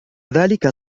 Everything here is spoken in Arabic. ذلك